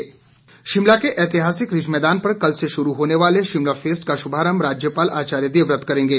Shimla fest Shimla के ऐतिहासिक ridge मैदान पर कल से शुरू होने वाले शिमला फेस्ट का शुभारंभ राज्यपाल आचार्य देववत करेंगे